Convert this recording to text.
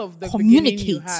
communicate